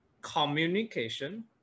communication